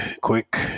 quick